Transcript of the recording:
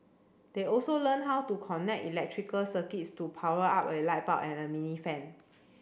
they also learn how to connect electrical circuits to power up a light bulb and a mini fan